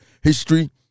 history